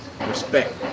respect